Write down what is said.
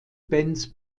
bands